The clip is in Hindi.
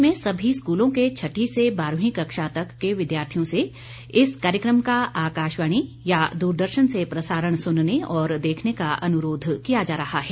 देश में सभी स्कूलों के छठी से बारहवीं कक्षा तक के विद्यार्थियों से इस कार्यक्रम का आकाशवाणी या दूरदर्शन से प्रसारण सुनने और देखने का अनुरोध किया जा रहा है